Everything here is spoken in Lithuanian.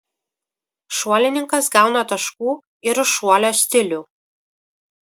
šuolininkas gauna taškų ir už šuolio stilių